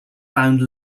found